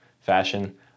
fashion